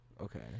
Okay